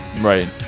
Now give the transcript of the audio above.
Right